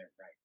right